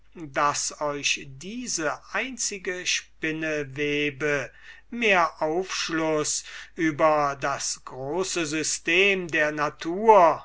daß euch diese einzige spinnewebe mehr aufschluß über das große system der natur